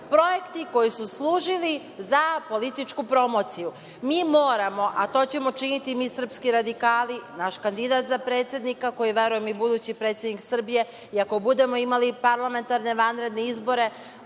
projekti koji su služili za političku promociju. Mi moramo, a to ćemo činiti mi srpski radikali, naš kandidat za predsednika, koji je verujem i budući predsednik Srbije, i ako budemo imali parlamentarne vanredne izbore,